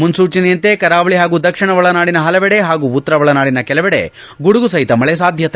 ಮುನೂಚನೆಯಂತೆ ಕರಾವಳಿ ಪಾಗೂ ದಕ್ಷಿಣ ಒಳನಾಡಿನ ಹಲವೆಡೆ ಹಾಗೂ ಉತ್ತರ ಒಳನಾಡಿನ ಕೆಲವೆಡೆ ಗುಡುಗು ಸಹಿತ ಮಳೆ ಸಾಧ್ಯತೆ